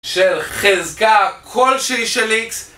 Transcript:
של חזקה כלשהי של X